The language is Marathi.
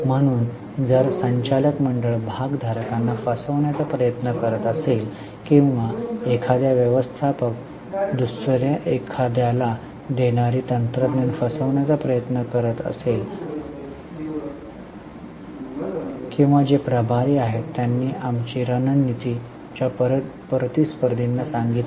म्हणून जर संचालक मंडळ भागधारकांना फसविण्याचा प्रयत्न करीत असेल किंवा एखादा व्यवस्थापक दुसर्या एखाद्याला देणारी तंत्रज्ञान फसविण्याचा प्रयत्न करीत असेल किंवा जे प्रभारी आहेत त्यांनी आमची रणनीती आमच्या प्रतिस्पर्धींना सांगितले